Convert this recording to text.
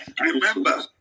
Remember